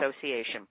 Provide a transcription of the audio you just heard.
association